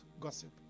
gossip